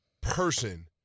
person